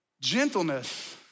Gentleness